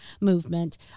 movement